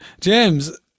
James